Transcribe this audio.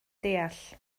deall